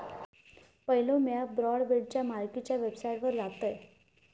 पयलो म्या ब्रॉडबँडच्या मालकीच्या वेबसाइटवर जातयं